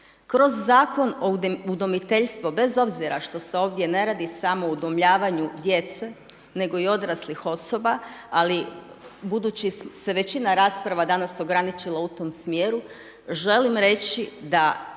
Kroz Zakon o udomiteljstvu bez obzira što se ovdje ne radi samo o udomljavanju djece, nego i odraslih osoba, ali budući se većina rasprava danas ograničilo u tom smjeru, želim reći da